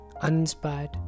Uninspired